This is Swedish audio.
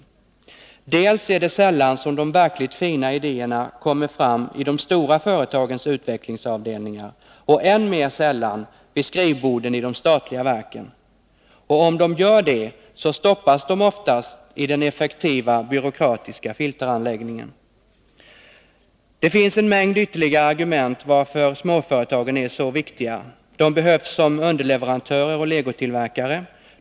För det andra är det sällan som de verkligt fina idéerna kommer fram i de stora företagens utvecklingsavdelningar, och än mer sällan vid skrivborden i de statliga verken. Och om de gör det, stoppas de oftas i den effektiva byråkratiska filteranläggningen. Det finns en mängd ytterligare argument för att småföretagen är så viktiga. De behövs som underleverantörer och legotillverkare.